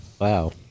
Wow